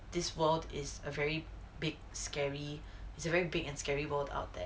this world is a very big scary it's a very big and scary world out there